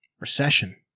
Recession